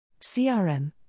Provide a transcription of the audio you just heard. CRM